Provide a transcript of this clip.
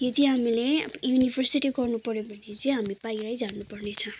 यदि हामीले युनिभर्सिटी गर्नु पऱ्यो भने चाहिँ हामी बाहिरै जानु पर्नेछ